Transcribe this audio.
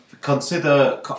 consider